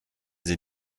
sie